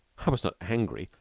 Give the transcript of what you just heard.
i was not angry,